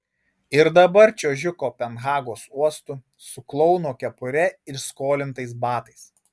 ir dabar čiuožiu kopenhagos uostu su klouno kepure ir skolintais batais